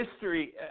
History